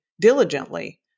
diligently